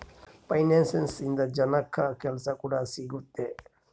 finance ಇಂದ ಜನಕ್ಕಾ ಕೆಲ್ಸ ಕೂಡ ಸಿಗುತ್ತೆ